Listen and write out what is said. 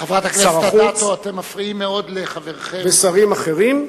שר החוץ ושרים אחרים,